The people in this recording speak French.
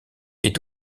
est